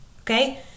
okay